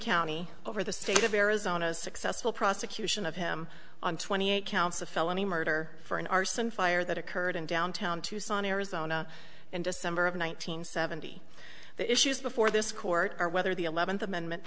county over the state of arizona a successful prosecution of him on twenty eight counts of felony murder for an arson fire that occurred in downtown tucson arizona in december of one nine hundred seventy the issues before this court are whether the eleventh amendment